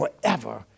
forever